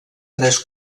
tres